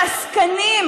חברת הכנסת.